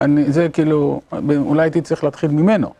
זה כאילו, אולי הייתי צריך להתחיל ממנו.